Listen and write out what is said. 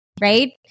right